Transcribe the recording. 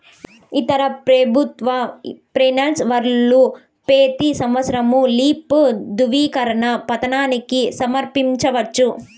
ఇతర పెబుత్వ పెన్సవర్లు పెతీ సంవత్సరం లైఫ్ దృవీకరన పత్రాని సమర్పించవచ్చు